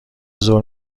ظهر